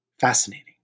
fascinating